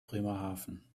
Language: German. bremerhaven